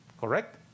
Correct